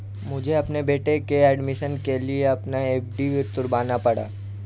मुझे अपने बेटे के एडमिशन के लिए अपना एफ.डी तुड़वाना पड़ा